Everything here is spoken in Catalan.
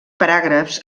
paràgrafs